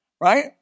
Right